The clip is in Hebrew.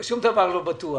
שום דבר לא בטוח.